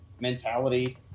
mentality